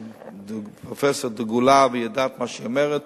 פרופסור דגולה ויודעת מה שהיא אומרת.